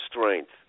strength